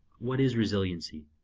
what is resiliency?